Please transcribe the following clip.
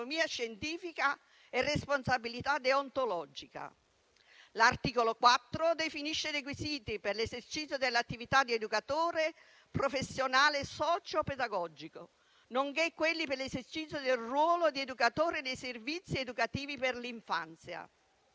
L'articolo 4 definisce i requisiti per l'esercito dell'attività di educatore professionale socio-pedagogico, nonché quelli per l'esercizio del ruolo di educatore nei servizi educativi per l'infanzia.